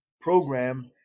program